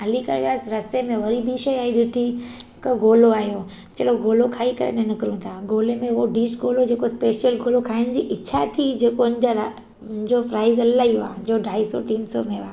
हली करे वियासीं रस्ते में वरी बि शइ आई ॾिठी की गोलो आयो चलो गोलो खाई करे ने निकिरूं था गोले में उहो ॾिश गोलो स्पेशल गोलो खाइण जी इच्छा थी जेको हुन जे लाइ जो प्राइज़ इलाही हुआ जो ढाई सौ तीन सौ में हुआ